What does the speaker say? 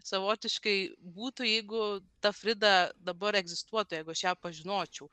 savotiškai būtų jeigu ta frida dabar egzistuotų jeigu aš ją pažinočiau